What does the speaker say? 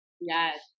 yes